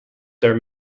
their